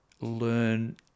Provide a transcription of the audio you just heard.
learn